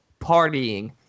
partying